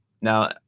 Now